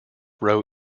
row